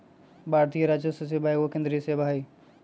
भारतीय राजस्व सेवा एगो केंद्रीय सेवा हइ